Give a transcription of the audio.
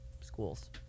schools